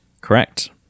correct